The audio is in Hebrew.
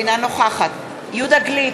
אינה נוכחת יהודה גליק,